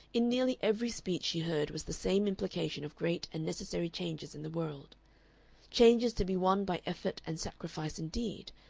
in nearly every speech she heard was the same implication of great and necessary changes in the world changes to be won by effort and sacrifice indeed,